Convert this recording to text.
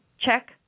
check